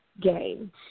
game